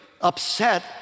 upset